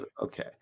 Okay